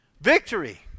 Victory